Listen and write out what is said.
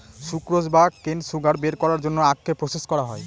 sucrose বা কেন sugar বের করার জন্য আখকে প্রসেস করা হয়